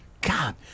God